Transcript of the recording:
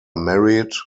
married